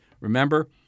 Remember